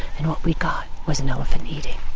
and what we got was an elephant eating